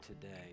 today